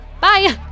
bye